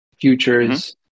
futures